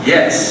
Yes